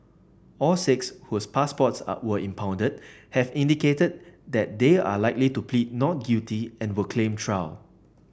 all six whose passports are were impounded have indicated that they are likely to plead not guilty and will claim trial